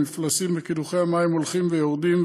המפלסים בקידוחי המים הולכים ויורדים,